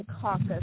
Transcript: Caucus